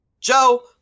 Joe